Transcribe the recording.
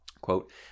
Quote